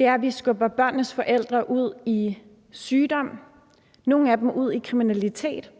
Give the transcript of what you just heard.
er, at vi skubber børnenes forældre ud i sygdom, nogle af dem ud i kriminalitet